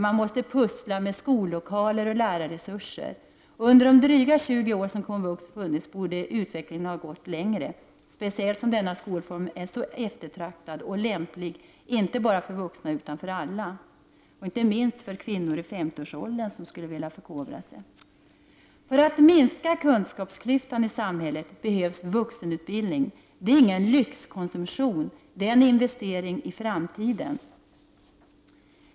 Man måste pussla med skollokaler och lärarresurser. Under de dryga 20 år som komvux funnits borde utvecklingen ha gått längre, speciellt som denna skolform är så eftertraktad och lämplig, inte bara för vuxna utan för alla. Inte minst lämplig är den för kvinnor i 50-årsåldern som skulle vilja förkovra sig. För att minska kunskapsklyftan i samhället behövs vuxenutbildning. Det är ingen lyxkonsumtion. Det är en investering i framtiden.